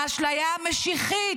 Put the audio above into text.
מהאשליה המשיחית,